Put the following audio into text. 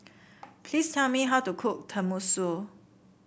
please tell me how to cook Tenmusu